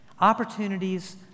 Opportunities